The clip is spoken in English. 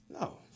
No